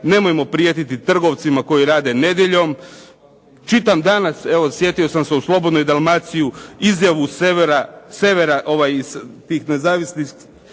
nemojmo prijetiti trgovcima koji rade nedjeljom. Čitam danas, evo sjetio sam se u Slobodnoj Dalmaciji izjavu Severa, iz tih nezavisnih